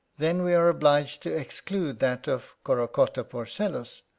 then we are obliged to exclude that of corocotta porcellus,